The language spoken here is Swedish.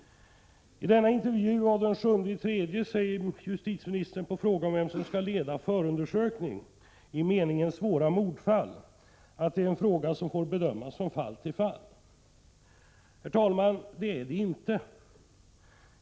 I denna intervju säger justitieministern på fråga om vem som skall leda förundersökning — i meningen svåra mordfall — att det är en fråga som får bedömas från fall till fall. Det är det inte!